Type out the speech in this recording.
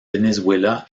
venezuela